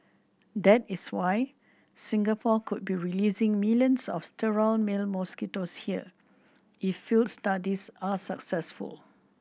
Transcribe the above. that is why Singapore could be releasing millions of sterile male mosquitoes here if field studies are successful